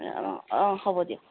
অঁ অঁ হ'ব দিয়ক